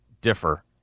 differ